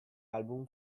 album